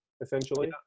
essentially